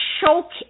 choke